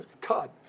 God